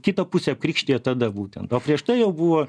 kitą pusę apkrikštijo tada būtent o prieš tai jau buvo